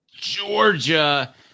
Georgia